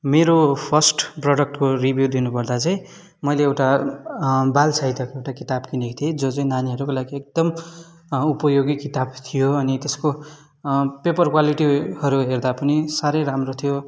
मेरो फर्स्ट प्रडक्टको रिभ्यु दिनु पर्दा चाहिँ मैले एउटा बाल साहित्यको एउटा किताब किनेको थिएँ जुन चाहिँ नानीहरूको लागि एकदम उपयोगी किताब थियो अनि त्यसको पेपर क्वालिटीहरू हेर्दा पनि साह्रो राम्रो थियो